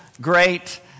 great